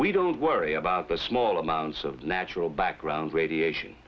we don't worry about the small amounts of natural background radiation